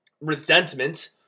resentment